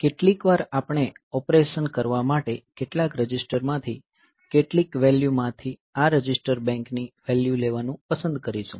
કેટલીકવાર આપણે ઓપરેશન કરવા માટે કેટલાક રજિસ્ટરમાંથી કેટલીક વેલ્યૂ માંથી આ રજિસ્ટર બેંકની વેલ્યૂ લેવાનું પસંદ કરીશું